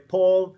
Paul